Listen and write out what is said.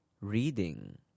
reading